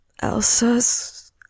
Elsa's